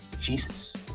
Jesus